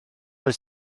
oes